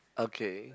okay